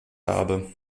habe